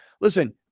listen